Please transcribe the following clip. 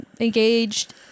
engaged